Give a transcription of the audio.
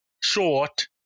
Short